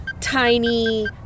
tiny